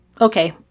Okay